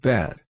Bad